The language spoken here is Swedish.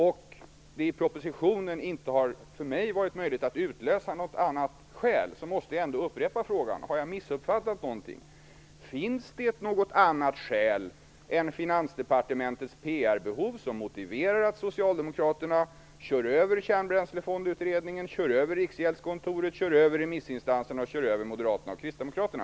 Eftersom det för mig inte varit möjligt att utläsa något annat skäl i propositionen måste jag upprepa frågan. Har jag missuppfattat någonting? Finns det något annat skäl än Finansdepartementets PR-behov som motiverar att socialdemokraterna kör över Kärnbränslefondutredningen, Riksgäldskontoret, remissinstanserna och moderaterna och kristdemokraterna?